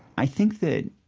i think that,